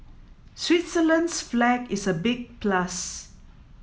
Switzerland's flag is a big plus